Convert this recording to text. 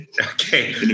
Okay